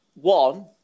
one